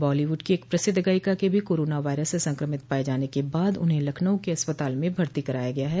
Bollywood की एक प्रसिद्ध गायिका क भी कोरोना वायरस से संक्रमित पाये जाने के बाद उन्हें लखनऊ के अस्पताल में भर्ती कराया गया है